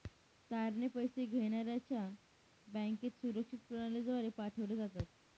तारणे पैसे घेण्याऱ्याच्या बँकेत सुरक्षित प्रणालीद्वारे पाठवले जातात